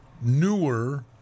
newer